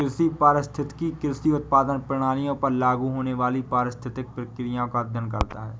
कृषि पारिस्थितिकी कृषि उत्पादन प्रणालियों पर लागू होने वाली पारिस्थितिक प्रक्रियाओं का अध्ययन करता है